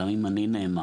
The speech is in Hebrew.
גם אם אני נאמן,